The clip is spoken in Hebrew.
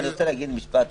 אני רוצה להגיד משפט .